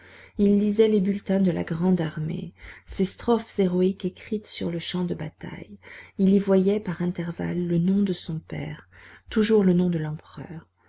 il lisait les bulletins de la grande armée ces strophes héroïques écrites sur le champ de bataille il y voyait par intervalles le nom de son père toujours le nom de l'empereur